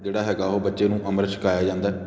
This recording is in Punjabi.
ਜਿਹੜਾ ਹੈਗਾ ਉਹ ਬੱਚੇ ਨੂੰ ਅੰਮ੍ਰਿਤ ਛਕਾਇਆ ਜਾਂਦਾ